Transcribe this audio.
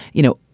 you know,